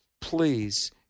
Please